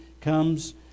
comes